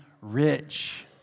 rich